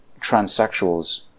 transsexuals